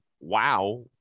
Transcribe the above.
wow